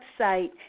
website